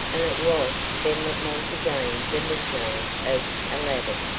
and it was then that monty gained the nickname of aladdin,